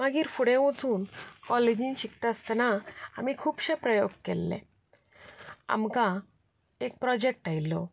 मागीर फुडें वचून कॉलेजीन शिकता आसतना आमी खुबशे प्रयोग केल्ले आमकां एक प्रोजेक्ट आयिल्लो